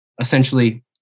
essentially